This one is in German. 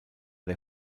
der